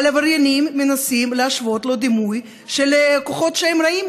אבל עבריינים מנסים לשוות לו דימוי של כוחות שהם רעים,